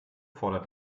fordert